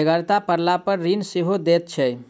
बेगरता पड़लापर ऋण सेहो दैत छै